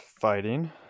Fighting